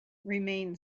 remain